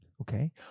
Okay